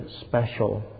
special